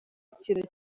ikintu